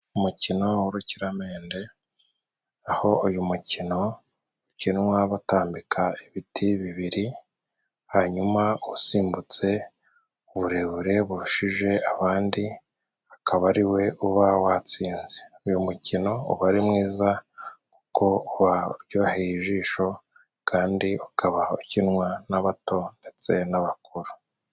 Umukino w'urukiramende, aho uyu mukino ukinwa batambika ibiti bibiri, hanyuma usimbutse uburebure burushije abandi, akaba ariwe uba watsinze. Uyu mukino uba ari mwiza kuko uba uryoheye ijisho, kandi ukaba ukinwa n'abato ndetse n'abakuru.